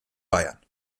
bayern